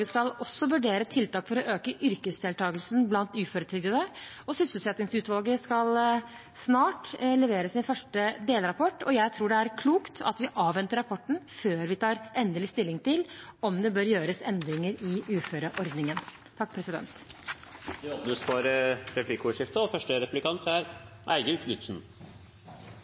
skal også vurdere tiltak for å øke yrkesdeltakelsen blant uføretrygdede. Sysselsettingsutvalget skal snart levere sin første delrapport. Jeg tror det er klokt at vi avventer rapporten før vi tar endelig stilling til om det bør gjøres endringer i uføreordningen.